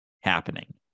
happening